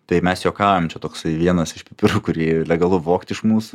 tai mes juokaujam čia toksai vienas iš pipirų kurį legalu vogti iš mūsų